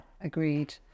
Agreed